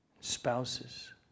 spouses